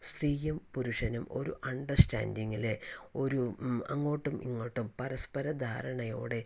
സ്ത്രീയും പുരുഷനും ഒരു അണ്ടർസ്റ്റാൻഡിങ്ങിൽ ഒരു അങ്ങോട്ടും ഇങ്ങോട്ടും പരസ്പര ധാരണയോടെ